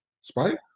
Spike